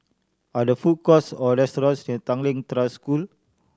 are there food courts or restaurants near Tanglin Trust School